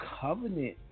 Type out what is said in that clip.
covenant